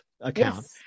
account